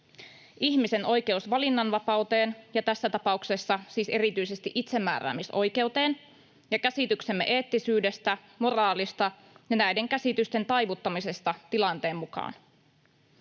ihmisen oikeus valinnanvapauteen, tässä tapauksessa siis erityisesti itsemääräämisoikeuteen, ja käsityksemme eettisyydestä, moraalista ja näiden käsitysten taivuttamisesta tilanteen mukaan.